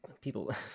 people